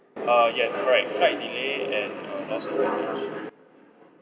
uh yes correct flight delay and uh lost of baggage